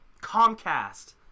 Comcast